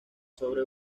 sobre